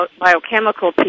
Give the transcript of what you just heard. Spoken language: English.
biochemical